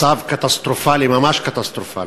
מצב קטסטרופלי, ממש קטסטרופלי.